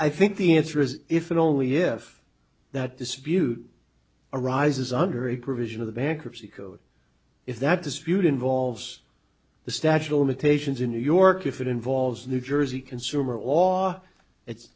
i think the answer is if and only if that dispute arises under a provision of the bankruptcy code if that dispute involves the statue of limitations in new york if it involves new jersey consumer law it's